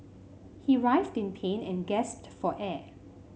he writhed in pain and gasped for air